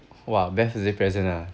!wah! best birthday present ah